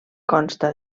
consta